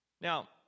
Now